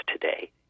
today